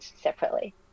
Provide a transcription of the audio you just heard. separately